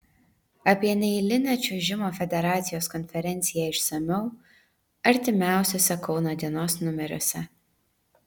apie neeilinę čiuožimo federacijos konferenciją išsamiau artimiausiuose kauno dienos numeriuose